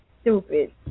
stupid